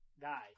guy